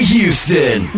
Houston